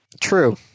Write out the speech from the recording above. True